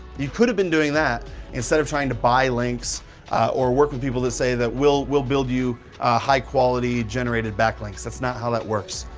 you could've been doing that instead of trying to buy links or work with people that say that, we'll we'll build you a high quality generated backlinks. that's not how that works.